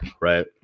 right